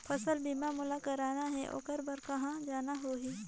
फसल बीमा मोला करना हे ओकर बार कहा जाना होही?